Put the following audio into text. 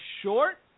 short